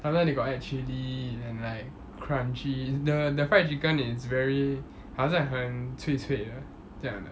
sometimes they got add chili and like crunchy the the fried chicken is very 好像很脆脆的这样的